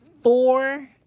four